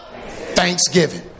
Thanksgiving